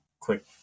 click